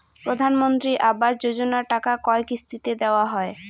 প্রধানমন্ত্রী আবাস যোজনার টাকা কয় কিস্তিতে দেওয়া হয়?